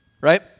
right